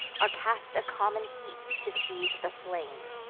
are cast a common heap to feed the flame.